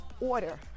order